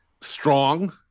strong